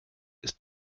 ist